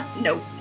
nope